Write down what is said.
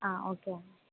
okay అండి